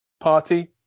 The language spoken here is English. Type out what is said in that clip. Party